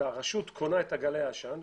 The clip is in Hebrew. הרשות קונה את גלאי העשן,